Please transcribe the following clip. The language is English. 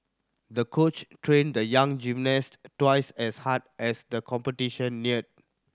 the coach trained the young gymnast twice as hard as the competition neared